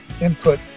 input